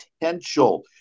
potential